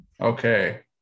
Okay